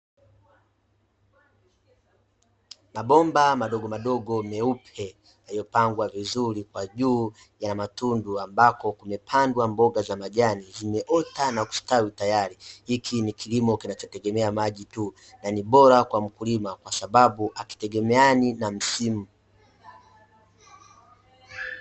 Mabomba madogo madogo meupe yalilyo pangwa vizuri, kwa juu yanamatundu ambako kumepandwa mboga za majani zimeota na kustawi tayari. Hiki ni kilimo kinachotegemea maji tu, na ni boara kwa mkulima kwasababu ababu hekitemeani na msimu.